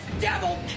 devil